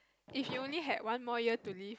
if you only had one more year to live